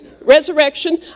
resurrection